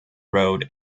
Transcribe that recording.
road